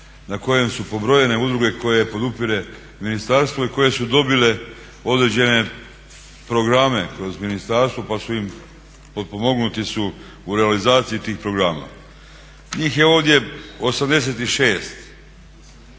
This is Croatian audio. na kojem su pobrojene udruge koje podupire ministarstvo i koje su dobile određene programe kroz ministarstvo pa su potpomognuti u realizaciji tih programa. Njih je ovdje 86.